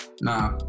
Nah